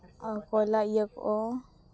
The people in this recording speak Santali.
ᱟᱨ ᱠᱚᱭᱞᱟ ᱤᱭᱟᱹ ᱠᱚ